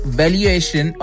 valuation